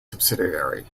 subsidiary